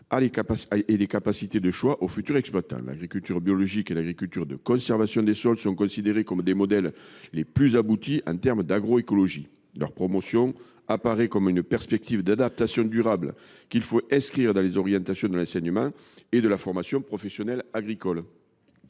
et capacité de choix aux futurs exploitants. L’agriculture biologique et l’agriculture de conservation des sols sont considérées comme les modèles les plus aboutis en matière d’agroécologie. Leur promotion apparaît comme une perspective d’adaptation durable qu’il faut inscrire dans les orientations de l’enseignement et dans la formation professionnelle agricoles.